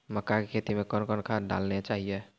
मक्का के खेती मे कौन कौन खाद डालने चाहिए?